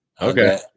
Okay